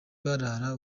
barara